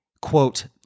quote